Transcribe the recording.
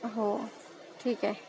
हो ठीक आहे